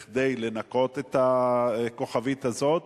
כדי לנקות את הכוכבית הזאת,